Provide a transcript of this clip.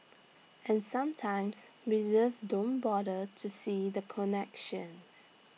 and sometimes we this don't bother to see the connections